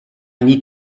need